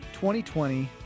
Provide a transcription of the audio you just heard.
2020